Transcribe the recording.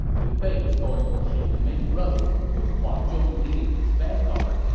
liu bei was going to take the main road, with huang zhong leading his vanguard,